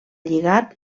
lligat